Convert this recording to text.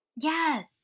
Yes